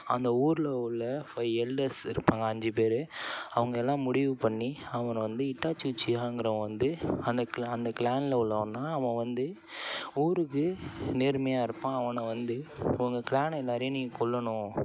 அந்த ஊரில் உள்ள ஃபைவ் எல்டர்ஸ் இருப்பாங்க அஞ்சு பேர் அவங்க எல்லாம் முடிவு பண்ணி அவனை வந்து ஹிட்டாச்சி உச்சிகாங்கிறவங்க வந்து அந்த அந்த கிளானில் உள்ளவன் தான் அவன் வந்து ஊருக்கு நேர்மையாக இருப்பான் அவனை வந்து இப்போது உங்கள் கிளானை எல்லாேரையும் நீங்கள் கொல்லணும்